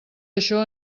això